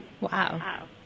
Wow